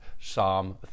Psalm